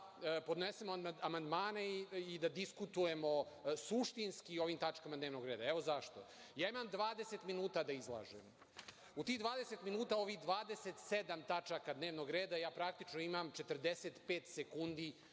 podnesemo amandmane i da diskutujemo suštinski o ovim tačkama dnevnog reda. Evo zašto? Ja imam 20 minuta da izlažem. U tih 20 minuta ovih 27 tačaka dnevnog reda, ja praktično imam 45 sekundi